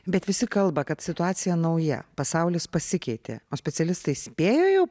bet visi kalba kad situacija nauja pasaulis pasikeitė o specialistai spėjo jau